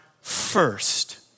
first